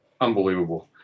unbelievable